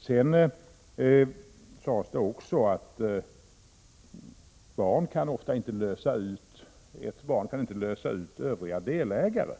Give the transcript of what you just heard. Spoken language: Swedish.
27 maj 1987 Sedan sades det också att ett barn ofta inte kan lösa ut övriga delägare.